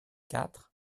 quatre